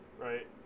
right